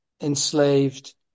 enslaved